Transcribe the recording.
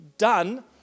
done